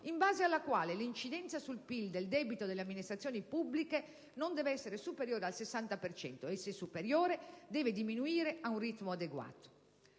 in base alla quale l'incidenza sul PIL del debito delle amministrazioni pubbliche non deve essere superiore al 60 per cento e, se superiore, deve diminuire ad un ritmo adeguato.